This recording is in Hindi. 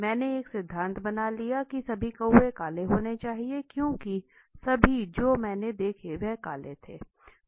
मैंने एक सिद्धांत बना लिया है कि सभी कौवे काले होने चाहिए क्योंकि सभी जो मैंने देखे वह काले थे